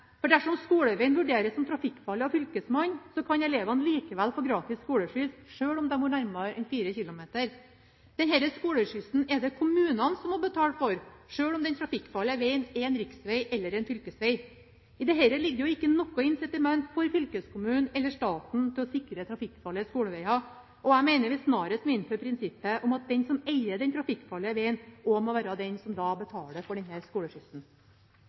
Dersom skolevegen vurderes trafikkfarlig av Fylkesmannen, kan elevene likevel få gratis skoleskyss, selv om de bor nærmere enn 4 km. Denne skoleskyssen er det kommunene som må betale for, selv om den trafikkfarlige vegen er en riksveg eller en fylkesveg. I dette ligger det jo ikke noe incitament for fylkeskommunen eller staten til å sikre trafikkfarlige skoleveger. Jeg mener vi snarest må innføre prinsippet om at den som eier den trafikkfarlige vegen, også må være den som da betaler for